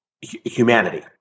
humanity